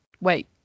wait